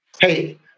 Hey